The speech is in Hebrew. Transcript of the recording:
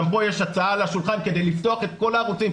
גם פה יש הצעה על השולחן כדי לפתוח את כל הערוצים.